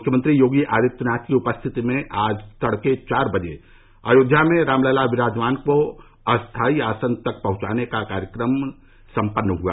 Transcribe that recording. मुख्यमंत्री योगी आदित्यनाथ की उपस्थिति में आज तड़के चार बजे अयोध्या में रामलला विराजमान को अस्थायी आसन तक पहुंचाने का कार्यक्रम सम्पन्न हुआ